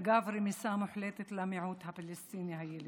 אגב רמיסה מוחלטת של המיעוט הפלסטיני הילידי.